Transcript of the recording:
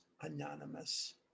Anonymous